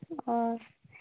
ᱚ